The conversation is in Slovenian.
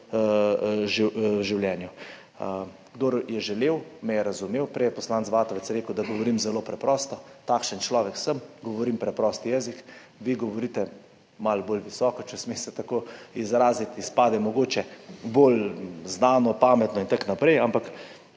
življenju. Kdor je želel, me je razumel. Prej je poslanec Vatovec rekel, da govorim zelo preprosto, takšen človek sem, govorim preprost jezik, vi govorite malo bolj visoko, če se smem tako izraziti, izpade mogoče bolj znano, pametno in tako naprej, ampak